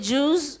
Jews